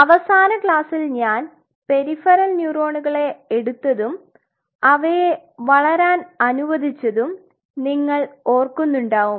അവസാന ക്ലാസ്സിൽ ഞാൻ പെരിഫറൽ ന്യൂറോണുകളെ എടുത്തതും അവയെ വളരാൻ അനുവദിച്ചതും നിങ്ങൾ ഓർക്കുന്നുണ്ടാവും